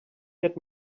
get